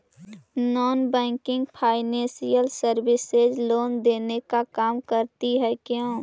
Non banking financial services loan देने का काम करती है क्यू?